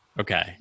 okay